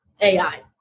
AI